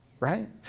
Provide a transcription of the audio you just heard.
Right